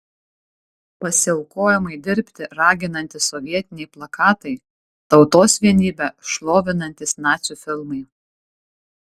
pasiaukojamai dirbti raginantys sovietiniai plakatai tautos vienybę šlovinantys nacių filmai